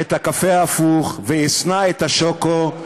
את הקפה ההפוך ואשנא את השוקו,